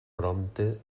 prompte